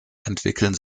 entwickeln